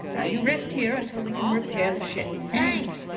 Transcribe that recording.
ah you rest here until we can repair the ship. thanks.